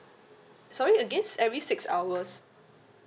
sorry again every six hours